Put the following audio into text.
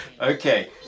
Okay